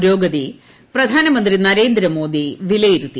പുരോഗതി പ്രധാനമന്ത്രി നരേന്ദ്രമോദി വിലയിരുത്തി